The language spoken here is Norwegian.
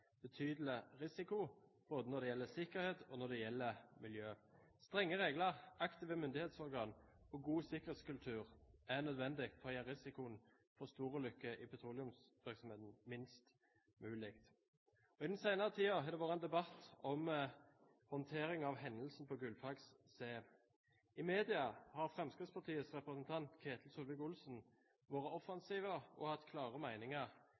betydelig risiko både når det gjelder sikkerhet og miljø. Strenge regler, aktive myndighetsorgan og god sikkerhetskultur er nødvendig for å gjøre risikoen for storulykker i petroleumsvirksomheten minst mulig. I den senere tiden har det vært en debatt om håndtering av hendelsen på Gullfaks C. I media har Fremskrittspartiets representant Ketil Solvik-Olsen vært offensiv og hatt klare